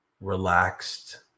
relaxed